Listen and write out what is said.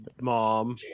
mom